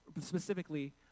specifically